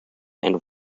and